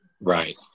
right